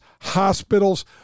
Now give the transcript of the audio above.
hospitals